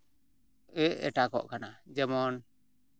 ᱮᱼᱮᱴᱟᱠᱚᱜ ᱠᱟᱱᱟ ᱡᱮᱢᱚᱱ